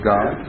God